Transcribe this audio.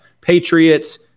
Patriots